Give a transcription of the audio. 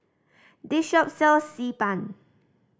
this shop sell Xi Ban